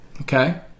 okay